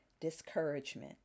discouragement